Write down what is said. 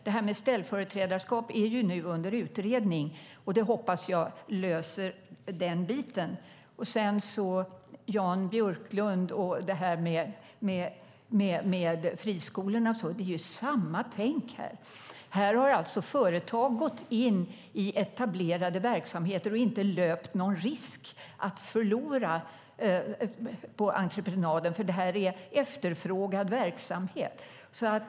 Det här med ställföreträdarskap är nu under utredning. Jag hoppas att det löser den biten. När det gäller Jan Björklund och det här med friskolorna är det samma tänk här. Här har alltså företag gått in i etablerade verksamheter och inte löpt någon risk att förlora på entreprenaden, för det här är efterfrågad verksamhet.